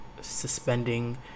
suspending